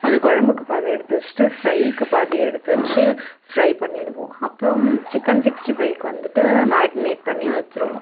அது குழம்புக்கு பாதி எடுத்து வச்சிட்டு ஃப்ரைக்கு பாதி எடுத்து வச்சு ஃப்ரை பண்ணிடுவோம் அப்புறம் சிக்கன் சிக்ஸ்ட்டி ஃபைவ்க்கு வந்துட்டு மேடினேட் பண்ணி வச்சுடுவோம்